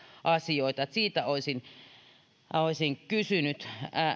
asioita eli siitä olisin kysynyt